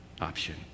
option